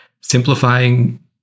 simplifying